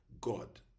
God